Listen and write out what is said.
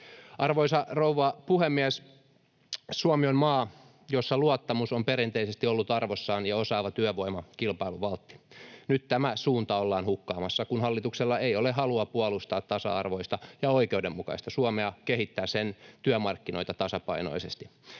Arvoisa rouva puhemies! Suomi on maa, jossa luottamus on perinteisesti ollut arvossaan ja osaava työvoima kilpailuvaltti. Nyt tämä suunta ollaan hukkaamassa, kun hallituksella ei ole halua puolustaa tasa-arvoista ja oikeudenmukaista Suomea ja kehittää sen työmarkkinoita tasapainoisesti.